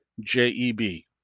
J-E-B